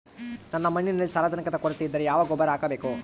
ನನ್ನ ಮಣ್ಣಿನಲ್ಲಿ ಸಾರಜನಕದ ಕೊರತೆ ಇದ್ದರೆ ಯಾವ ಗೊಬ್ಬರ ಹಾಕಬೇಕು?